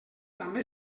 també